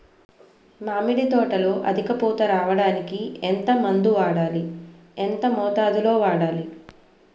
మామిడి తోటలో అధిక పూత రావడానికి ఎంత మందు వాడాలి? ఎంత మోతాదు లో వాడాలి?